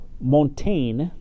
Montaigne